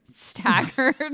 staggered